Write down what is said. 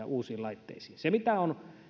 uusiin laitteisiin se mitä on